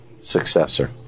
successor